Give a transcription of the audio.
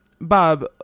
Bob